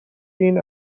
این